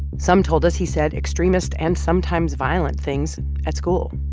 some told us he said extremist and sometimes violent things at school.